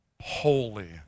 holy